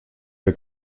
que